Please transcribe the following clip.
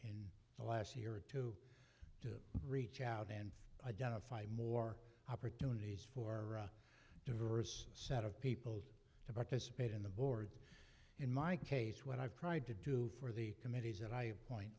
in the last year or two to reach out and identify more opportunities for a diverse set of people to participate in the board in my case what i've tried to do for the committees and i